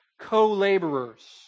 co-laborers